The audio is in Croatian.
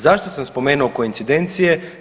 Zašto sam spomenuo koincidencije?